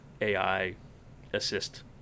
AI-assist